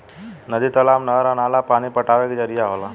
नदी, तालाब, नहर आ नाला पानी पटावे के जरिया होला